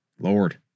Lord